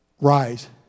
Rise